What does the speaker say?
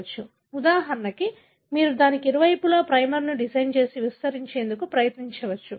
ఉదాహరణకు మీరు దానికి ఇరువైపులా ప్రైమర్ను డిజైన్ చేసి విస్తరించేందుకు ప్రయత్నించవచ్చు